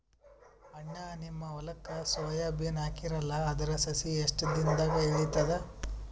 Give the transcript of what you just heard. ಅಣ್ಣಾ, ನಿಮ್ಮ ಹೊಲಕ್ಕ ಸೋಯ ಬೀನ ಹಾಕೀರಲಾ, ಅದರ ಸಸಿ ಎಷ್ಟ ದಿಂದಾಗ ಏಳತದ?